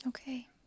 Okay